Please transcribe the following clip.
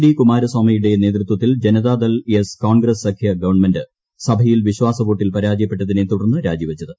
D കുമാരസ്വാമിയുടെ നേതൃത്വത്തിൽ Janata Dal S Congress സബ്ദ്യു ഗവൺമെന്റ് സഭയിൽ വിശ്വാസവോട്ടിൽ പരാജയപ്പെട്ടതിനെ ്തുടർന്ന് രാജിവച്ചത്